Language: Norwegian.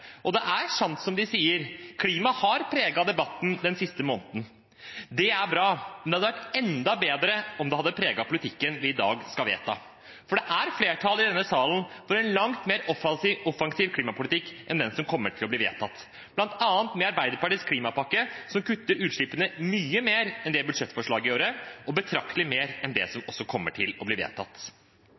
bedre. Det er sant som de sier: Klima har preget debatten den siste måneden. Det er bra, men det hadde vært enda bedre om det hadde preget politikken vi i dag skal vedta, for det er flertall i denne salen for en langt mer offensiv klimapolitikk enn den som kommer til å bli vedtatt, bl.a. med Arbeiderpartiets klimapakke, som kutter utslippene mye mer enn det budsjettforslaget gjorde, og også betraktelig mer enn det som kommer til å bli vedtatt.